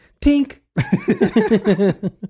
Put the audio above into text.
Tink